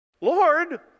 Lord